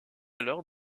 alors